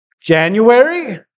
January